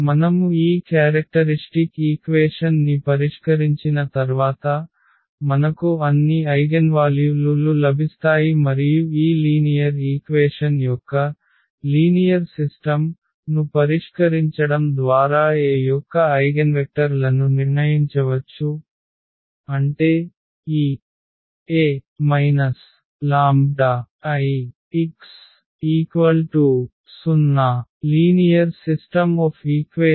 మనము ఈ characteristic equation ని పరిష్కరించిన తర్వాత మనకు అన్ని ఐగెన్వాల్యు లు లు లభిస్తాయి మరియు ఈ లీనియర్ ఈక్వేషన్ యొక్క సజాతీయ వ్యవస్థ ను పరిష్కరించడం ద్వారా A యొక్క ఐగెన్వెక్టర్ లను నిర్ణయించవచ్చు అంటే ఈ A λIx0 సరళ సమీకరణాల వ్యవస్థనును మనం మళ్ళీ పరిష్కరించాలి